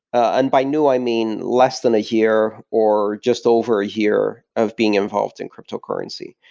and by new, i mean, less than a year, or just over a year of being involved in cryptocurrency.